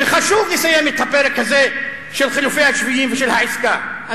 וחשוב לסיים את הפרק הזה של חילופי השבויים ושל העסקה,